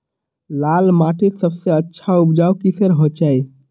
लाल माटित सबसे अच्छा उपजाऊ किसेर होचए?